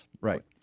right